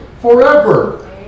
forever